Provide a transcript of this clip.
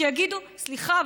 שיגידו: סליחה,